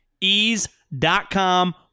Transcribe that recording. Ease.com